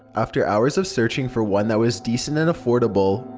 after hours of searching for one that was decent and affordable,